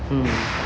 mm